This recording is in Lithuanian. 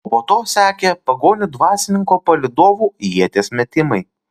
o po to sekė pagonių dvasininko palydovų ieties metimai